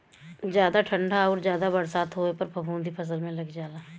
जादा ठंडा आउर जादा बरसात होए पर फफूंदी फसल में लग जाला